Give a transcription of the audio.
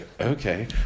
okay